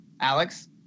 Alex